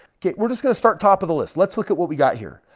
okay, we're just going to start top of the list. let's look at what we got here.